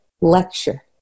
lecture